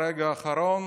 ברגע האחרון